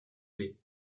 lait